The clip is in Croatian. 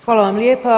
Hvala vam lijepa.